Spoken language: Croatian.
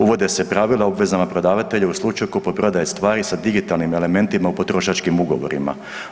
Uvode se pravila o obvezama prodavatelja u slučaju kupoprodaje stvari sa digitalnim elementima u potrošačkim ugovorima.